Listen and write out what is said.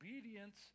obedience